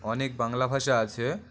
অনেক বাংলা ভাষা আছে